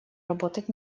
работать